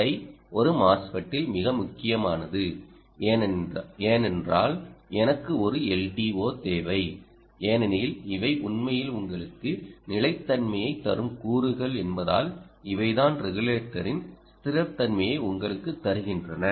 CoutCi ஒரு MOSFET இல் மிக முக்கியமானது ஏனென்றால் எனக்கு ஒரு LDO தேவை ஏனெனில் இவை உண்மையில் உங்களுக்கு நிலைத்தன்மையைத் தரும் கூறுகள் என்பதால் இவை தான் ரெகுலேட்டரின் ஸ்திரத்தன்மையை உங்களுக்குத் தருகின்றன